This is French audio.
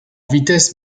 vitesse